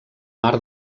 mar